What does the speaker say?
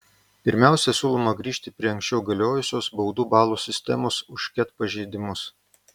pirmiausia siūloma grįžti prie anksčiau galiojusios baudų balų sistemos už ket pažeidimus